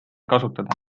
kasutada